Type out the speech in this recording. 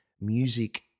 music